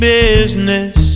business